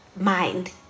mind